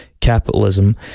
capitalism